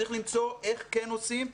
צריך למצוא איך כן עושים.